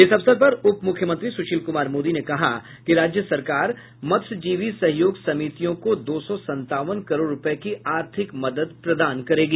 इस अवसर पर उप मुख्यमंत्री सुशील कुमार मोदी ने कहा कि राज्य सरकार मत्स्यजीवी सहयोग समितियों को दो सौ संतावन करोड़ रूपये की आर्थिक मदद प्रदान करेगी